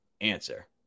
answer